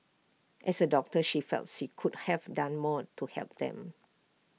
as A doctor she felt she could have done more to help them